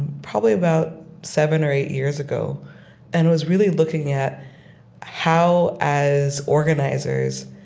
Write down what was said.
probably about seven or eight years ago and was really looking at how, as organizers,